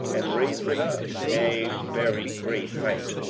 and raised it up a very great height,